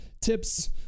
tips